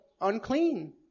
unclean